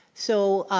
so